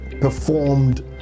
performed